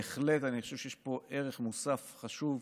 אני בהחלט חושב שיש פה ערך מוסף חשוב,